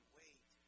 wait